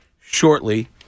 shortly